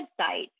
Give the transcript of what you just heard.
website